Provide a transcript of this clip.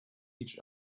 each